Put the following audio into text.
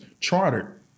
chartered